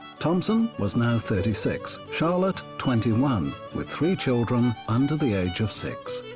thompson was now thirty six, charlotte twenty one, with three children under the age of six.